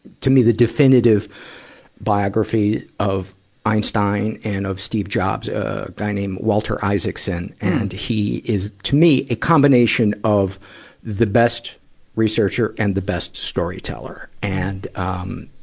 to me, the definitive biography of einstein and of steve jobs, a guy named walter isaacson. and, he is, to me, a combination of the best researcher and the best storyteller. and, um,